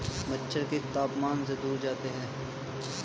मच्छर किस तापमान से दूर जाते हैं?